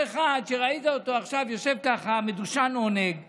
שראית אותו עכשיו יושב מדושן עונג ואומר: